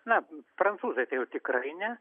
na prancūzai tai jau tikrai ne